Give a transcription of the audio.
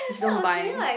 which don't buy